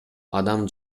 адам